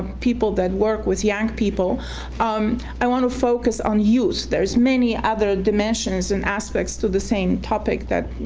people that work with young people um i want to focus on youth. there's many other dimensions and aspects to the same topic that,